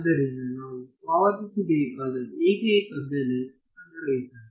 ಆದ್ದರಿಂದ ನಾವು ಪಾವತಿಸಬೇಕಾದ ಏಕೈಕ ಬೆಲೆ ಸಂಗ್ರಹಿಸಲು